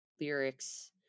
lyrics